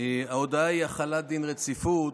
ההודעה היא על החלת דין רציפות.